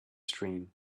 screen